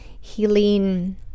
healing